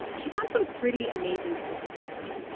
she found some pretty amazing statistics.